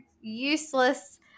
useless